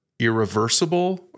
irreversible